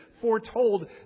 foretold